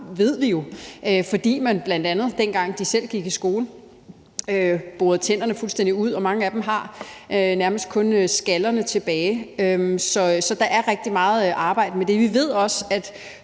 har, fordi man bl.a., dengang de gik i skole, borede tænderne fuldstændig ud. Mange af dem har nærmest kun skallerne tilbage. Så der er rigtig meget arbejde med det. Vi ved også, at